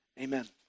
Amen